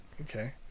Okay